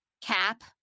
cap